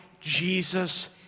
Jesus